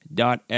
dot